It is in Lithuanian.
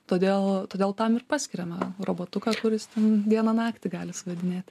todėl todėl tam ir paskiriame robotuką kuris ten dieną naktį gali suvedinėti